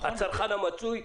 הצרכן המצוי,